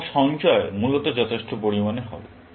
সুতরাং সঞ্চয় মূলত যথেষ্ট পরিমাণে হবে